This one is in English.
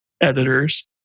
editors